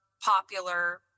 popular